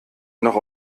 noch